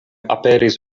aperis